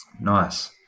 Nice